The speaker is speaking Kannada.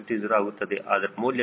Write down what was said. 330 ಆಗುತ್ತದೆ ಅದರ ಮೌಲ್ಯ 0